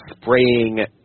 Spraying